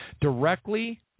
directly